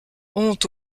honte